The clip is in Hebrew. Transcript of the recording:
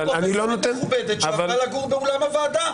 יש פה פרופסורית מכובדת שעברה לגור באולם הוועדה,